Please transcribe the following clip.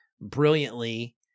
brilliantly